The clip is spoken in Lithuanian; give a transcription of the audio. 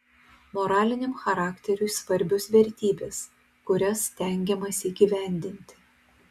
moraliniam charakteriui svarbios vertybės kurias stengiamasi įgyvendinti